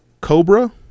Cobra